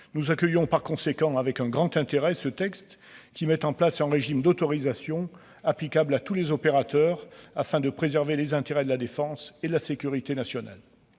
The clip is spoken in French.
nous accueillons ce texte avec un grand intérêt : il met en place un régime d'autorisation applicable à tous les opérateurs, afin de préserver les intérêts de la défense et de la sécurité nationale.